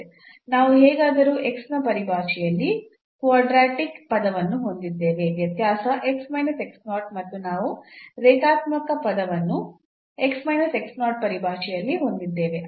ನಾವು ಹೇಗಾದರೂ ಪರಿಭಾಷೆಯಲ್ಲಿ ಕ್ವಾಡ್ರಾಟಿಕ್ ಪದವನ್ನು ಹೊಂದಿದ್ದೇವೆ ವ್ಯತ್ಯಾಸ ಮತ್ತು ನಾವು ರೇಖಾತ್ಮಕ ಪದವನ್ನು ಪರಿಭಾಷೆಯಲ್ಲಿ ಹೊಂದಿದ್ದೇವೆ